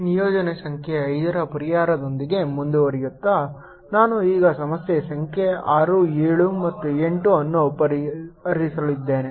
ನಿಯೋಜನೆ ಸಂಖ್ಯೆ 5 ರ ಪರಿಹಾರದೊಂದಿಗೆ ಮುಂದುವರಿಯುತ್ತಾ ನಾನು ಈಗ ಸಮಸ್ಯೆ ಸಂಖ್ಯೆ 6 7 ಮತ್ತು 8 ಅನ್ನು ಪರಿಹರಿಸಲಿದ್ದೇನೆ